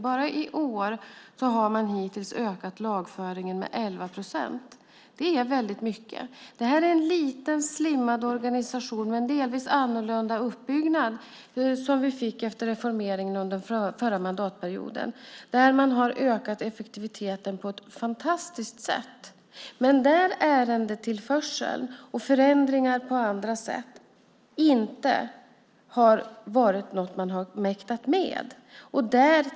Bara i år har man hittills ökat lagföringen med 11 procent. Det är väldigt mycket. Det här är en liten slimmad organisation med en delvis annorlunda uppbyggnad som vi fick efter reformeringen under den förra mandatperioden. Man har ökat effektiviteten på ett fantastiskt sätt. Men ärendetillförseln och förändringar på andra sätt har man inte mäktat med.